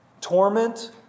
torment